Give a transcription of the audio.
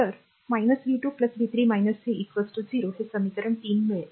तर v 2 v 3 3 0 हे समीकरण 3 मिळेल